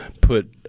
put